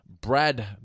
Brad